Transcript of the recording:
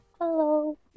Hello